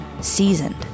seasoned